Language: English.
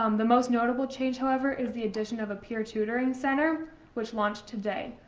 um the most notable change, however, is the addition of a peer tutoring center which launched today.